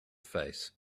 face